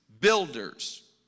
builders